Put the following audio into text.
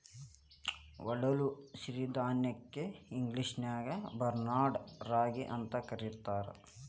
ಒಡಲು ಸಿರಿಧಾನ್ಯಕ್ಕ ಇಂಗ್ಲೇಷನ್ಯಾಗ ಬಾರ್ನ್ಯಾರ್ಡ್ ರಾಗಿ ಅಂತ ಕರೇತಾರ